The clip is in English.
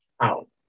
out